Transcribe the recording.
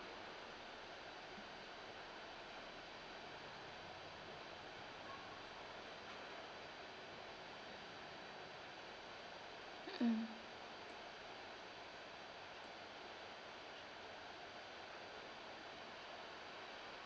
mm